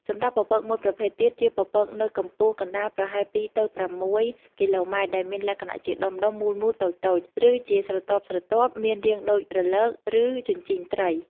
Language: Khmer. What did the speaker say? សម្រាប់់ពពកមួយប្រភេទទៀតជាពពកនៅកម្ពស់កណ្តាលប្រហែល ២ ទៅ ៦ គីឡូម៉ែត្រ ដែលមានលក្ខណៈជាដុំៗមូលៗតូចៗ ឬជាស្រទាប់ៗមានរាងដូចរលក ឬជញ្ជីងត្រី។